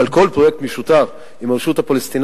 אבל כל פרויקט משותף עם הרשות הפלסטינית,